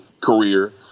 career